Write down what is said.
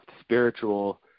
spiritual